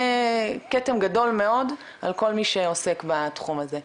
כתם גדול מאוד על כל מי שעוסק בתחום הזה.